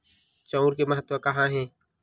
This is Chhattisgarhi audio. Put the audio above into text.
चांउर के महत्व कहां हे?